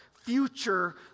future